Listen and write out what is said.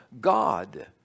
God